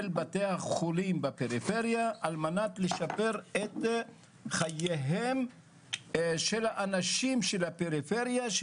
בתי החולים בפריפריה על מנת לשפר את חייהם של האנשים שחיים בפריפריה,